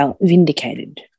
vindicated